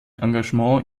engagement